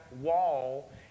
wall